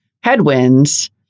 headwinds